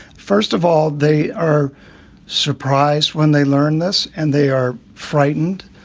first of all, they are surprised when they learn this and they are frightened,